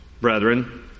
brethren